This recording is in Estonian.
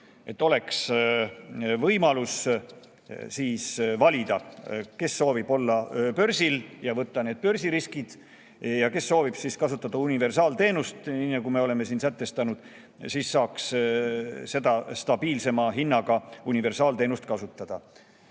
et oleks võimalus valida, kes soovib olla börsil ja võtta need börsiriskid ja kes soovib kasutada universaalteenust, nii nagu me oleme siin sätestanud, see saaks seda stabiilsema hinnaga universaalteenust kasutada.